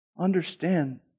Understand